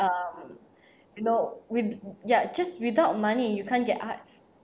um you know with ya just without money you can't get arts